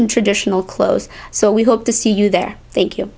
in traditional clothes so we hope to see you there thank you